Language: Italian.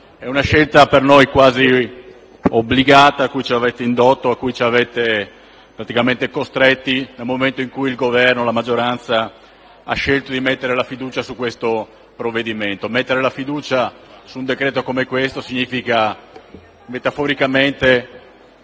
È una scelta per noi quasi obbligata, a cui ci avete indotto e a cui ci avete praticamente costretti nel momento in cui il Governo e la maggioranza hanno scelto di mettere la fiducia sul provvedimento. Mettere la fiducia su un decreto-legge come questo significa, metaforicamente,